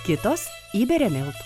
kitos įberia miltų